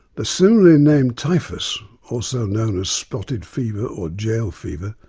the similarly named typhus, also known as spotted fever or jail fever,